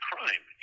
crime